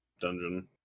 dungeon